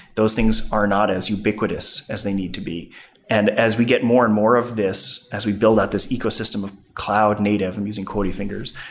those things are not as ubiquitous as they need to be and as we get more and more of this, as we build out this ecosystem of cloud native, i'm using quoty fingers,